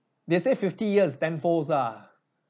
they said fifty years tenfolds ah